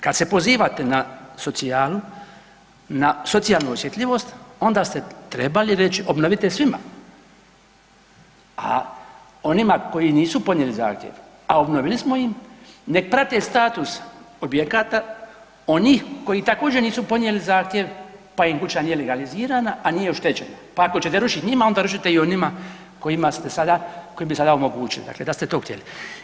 Kad se pozivate na socijalnu, na socijalnu osjetljivost onda ste trebali reći obnovite svima, a onima koji nisu podnijeli zahtjev, a obnovili smo im nek prate status objekata onih koji također nisu podnijeli zahtjev pa im kuća nije legalizirana a nije oštećena, pa ako ćete rušiti njima onda rušite i onima kojima ste sada, kojim bi sada omogućili, dakle da ste to htjeli.